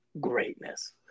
greatness